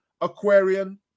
Aquarian